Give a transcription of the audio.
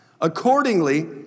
Accordingly